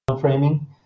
framing